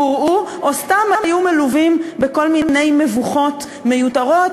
הורעו או סתם היו מלווים בכל מיני מבוכות מיותרות,